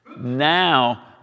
Now